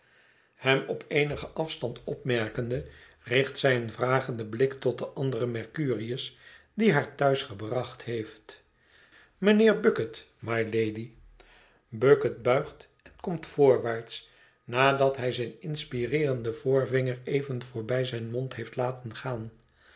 hem op eenigen afstand opmerkende richt zij een vragenden blik tot den anderen mercurius die haar thuis gebracht heeft mijnheer bucket mylady bucket buigt en komt voorwaarts nadat hijzijn inspireerenden voorvinger even voorbij zijn mond heeft laten gaan